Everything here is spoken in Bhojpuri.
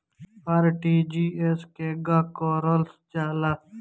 आर.टी.जी.एस केगा करलऽ जाला?